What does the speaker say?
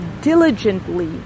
diligently